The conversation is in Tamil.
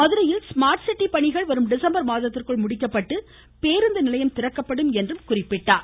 மதுரையில் ஸ்மார்ட் சிட்டி பணிகள் வரும் டிசம்பர் மாதத்திற்குள் முடிக்கப்பட்டு பேருந்து நிலையம் திறக்கப்படும் என்று அவர் கூறினார்